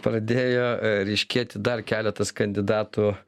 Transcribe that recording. pradėjo ryškėti dar keletas kandidatų